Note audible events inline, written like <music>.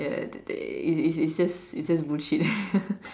ya they it it it's just it's just bullshit <laughs>